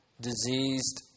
diseased